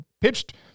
pitched